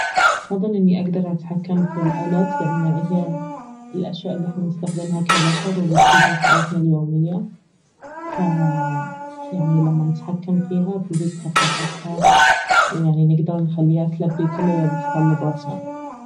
افضل اني اقدر اتحكم في الآلات لان اهي الاشياء الي احنا نستخدمها كبشر والي تفيدنا في حياتنا اليومية فيعني لما نتحكم فيها تزيد كفاءتها ويعني نقدر نخليها تلبي كل متطلباتنا